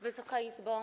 Wysoka Izbo!